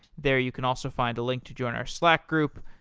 there you can also find a link to join our slack group,